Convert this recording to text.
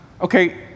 Okay